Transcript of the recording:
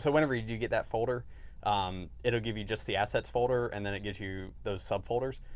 so whenever you do get that folder um it'll give you just the assets folder and then it gives you those sub folders.